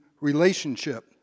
relationship